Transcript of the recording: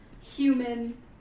human